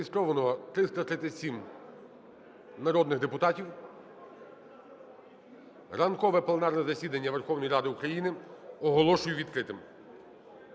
Зареєстровано 337 народних депутатів. Ранкове пленарне засідання Верховної Ради України оголошую відкритим.